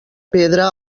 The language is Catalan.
pedra